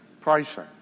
pricing